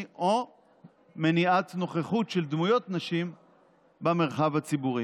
או מניעת נוכחות של דמויות נשים במרחב הציבורי.